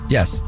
Yes